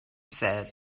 said